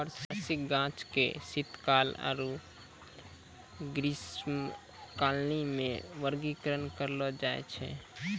वार्षिक गाछ के शीतकाल आरु ग्रीष्मकालीन मे वर्गीकरण करलो जाय छै